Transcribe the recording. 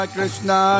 Krishna